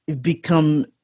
become